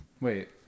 Wait